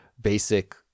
basic